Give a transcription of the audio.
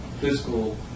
physical